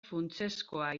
funtsezkoa